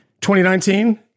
2019